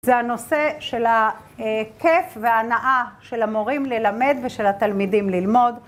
זה הנושא של הכיף וההנאה של המורים ללמד ושל התלמידים ללמוד.